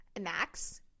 max